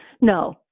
No